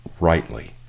rightly